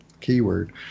keyword